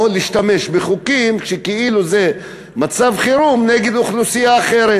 או להשתמש בחוקים שכאילו זה מצב חירום נגד אוכלוסייה אחרת.